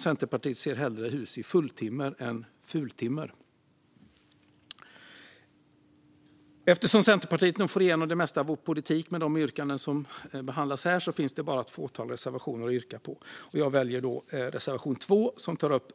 Centerpartiet ser hellre hus i fulltimmer än i fultimmer. Eftersom Centerpartiet nu får igenom det mesta av vår politik med de yrkanden som behandlas här finns det bara ett fåtal reservationer att yrka bifall till. Jag väljer att yrka bifall till reservationen 2, som tar upp